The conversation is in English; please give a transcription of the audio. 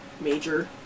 major